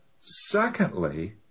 secondly